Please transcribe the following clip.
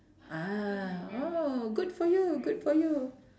ah oh good for you good for you